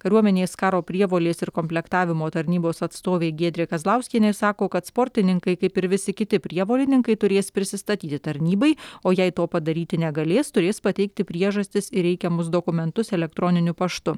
kariuomenės karo prievolės ir komplektavimo tarnybos atstovė giedrė kazlauskienė sako kad sportininkai kaip ir visi kiti prievolininkai turės prisistatyti tarnybai o jei to padaryti negalės turės pateikti priežastis ir reikiamus dokumentus elektroniniu paštu